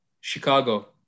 Chicago